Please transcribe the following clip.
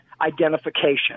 identification